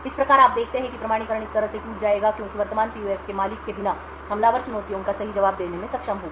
इस प्रकार आप देखते हैं कि प्रमाणीकरण इस तरह से टूट जाएगा क्योंकि वर्तमान पीयूएफ के मालिक के बिना हमलावर चुनौतियों का सही जवाब देने में सक्षम होगा